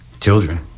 children